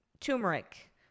turmeric